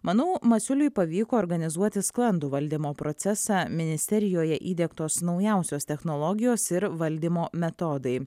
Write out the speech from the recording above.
manau masiuliui pavyko organizuoti sklandų valdymo procesą ministerijoje įdiegtos naujausios technologijos ir valdymo metodai